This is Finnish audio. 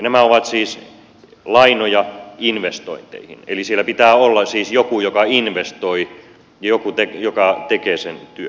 nämä ovat siis lainoja investointeihin eli siellä pitää olla siis joku joka investoi joku joka tekee sen työn